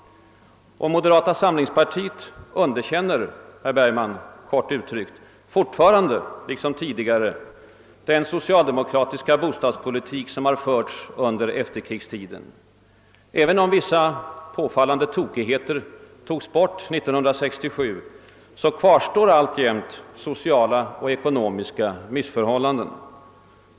Moderata samlingspartiet underkänner, herr Bergman, kort uttryckt fortfarande liksom tidigare den socialdemokratiska bostadspolitik som har förts under efterkrigstiden. även om vissa påfallande tokigheter togs bort 1967, kvarstår alltjämt sociala och ekonomiska missförhållanden.